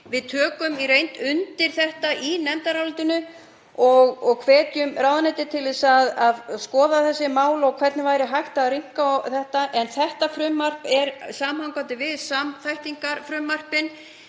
Við tökum í reynd undir þetta í nefndarálitinu og hvetjum ráðuneytið til þess að skoða þessi mál og hvernig væri hægt að rýmka þetta. Þetta frumvarp er tengt samþættingarfrumvörpunum